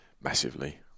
Massively